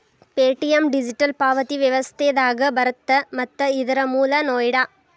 Paytm digital ಪಾವತಿ ವ್ಯವಸ್ಥೆದಾಗ ಬರತ್ತ ಮತ್ತ ಇದರ್ ಮೂಲ ನೋಯ್ಡಾ